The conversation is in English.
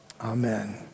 Amen